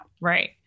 Right